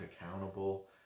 accountable